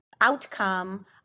outcome